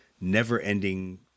never-ending